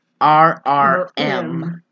RRM